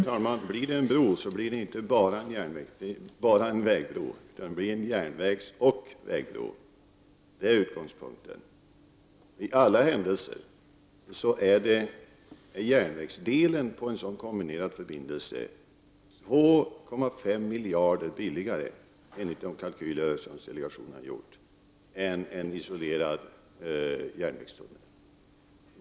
Herr talman! Blir det en bro så blir det inte bara en vägbro utan en järnvägsoch vägbro. Det är utgångspunkten. I alla händelser är järnvägsdelen på en sådan kombinerad förbindelse 2,5 miljarder billigare, enligt de kalkyler som Öresundsdelegationen har gjort, än en isolerad järnvägstunnel.